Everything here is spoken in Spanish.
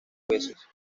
veces